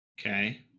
Okay